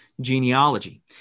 genealogy